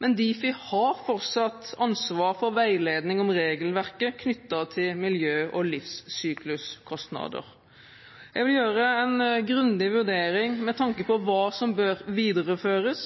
men Difi har fortsatt ansvar for veiledning om regelverket knyttet til miljø og livssykluskostnader. Jeg vil gjøre en grundig vurdering med tanke på hva som bør videreføres,